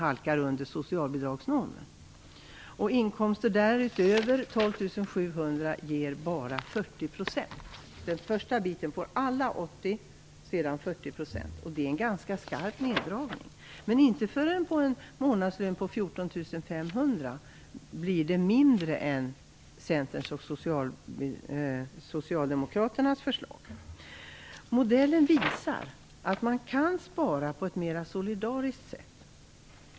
Den del av inkomsten som överstiger 12 700 ger bara 40 %. Alla får 80 % på den första delen, på resten får man 40 %. Det är en ganska skarp neddragning. Men inte förrän man når upp till en månadslön på 14 500 blir det mindre än Centerns och Modellen visar att man kan spara på ett mer solidariskt sätt.